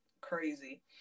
crazy